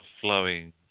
flowing